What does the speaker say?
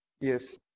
Yes